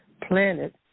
planet